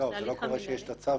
וזה ההליך המנהלי --- לא,